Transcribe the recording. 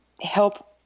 help